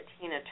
Tina